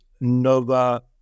Nova